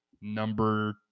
number